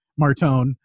Martone